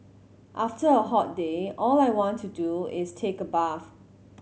after a hot day all I want to do is take a bath